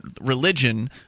religion